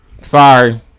Sorry